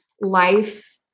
life